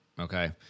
okay